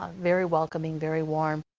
ah very welcoming, very warm,